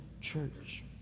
church